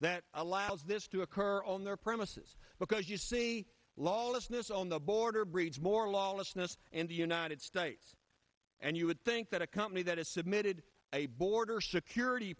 that allows this to occur on their premises because you see lawlessness on the border breeds more lawlessness in the united states and you would think that a company that has submitted a border security